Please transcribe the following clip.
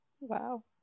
Wow